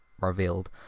revealed